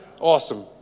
Awesome